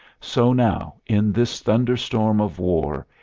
so now, in this thunderstorm of war,